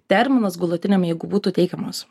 terminas galutiniam jeigu būtų teikiamas